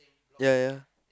ya ya